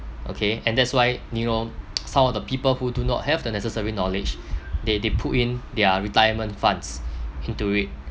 okay and that's why you know some of the people who do not have the necessary knowledge they they put in their retirement funds into it